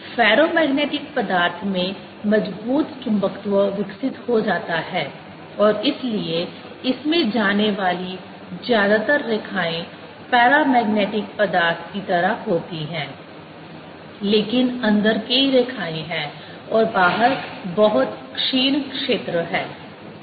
ferromagnetic पदार्थ में मजबूत चुंबकत्व विकसित हो जाता है और इसलिए इसमें जाने वाली ज्यादातर रेखाएँ पैरामैग्नेटिक पदार्थ की तरह होती हैं लेकिन अंदर कई रेखाएँ हैं और बाहर बहुत क्षीण क्षेत्र है